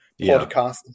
podcast